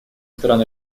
стран